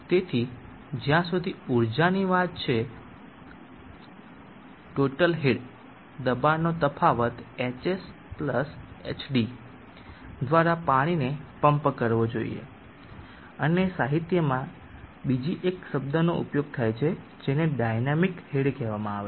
તેથી જ્યાં સુધી ઊર્જાની વાત છે ટોટલ હેડ દબાણનો તફાવત hshd દ્વારા પાણીને પંપ કરવો જોઈએ અને સાહિત્યમાં બીજી એક શબ્દનો ઉપયોગ થાય છે જેને ડાયનામિક હેડ કહેવામાં આવે છે